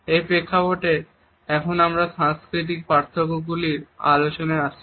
এই প্রেক্ষাপটে এখন আমরা সাংস্কৃতিক পার্থক্যগুলির আলোচনায় আসি